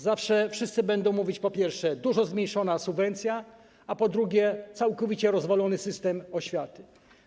Zawsze wszyscy będą mówić: po pierwsze, znacznie zmniejszona subwencja, a po drugie, całkowicie rozwalony system oświaty.